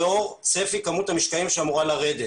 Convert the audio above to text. לאור צפי כמות המשקעים שאמורה לרדת.